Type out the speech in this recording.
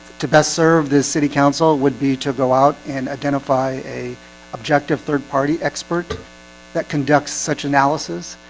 to best serve this city council would be to go out and identify a objective third-party expert that conducts such analysis